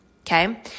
Okay